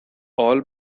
all